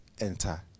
enter